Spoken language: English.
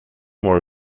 more